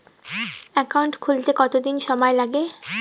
Account খুলতে কতদিন সময় লাগে?